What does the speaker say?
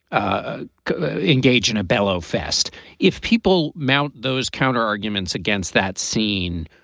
ah engaged in a bellow fest if people mount those counter arguments against that scene,